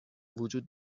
وجود